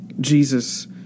Jesus